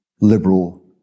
liberal